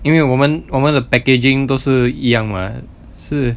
因为我们我们的 packaging 都是一样 mah 是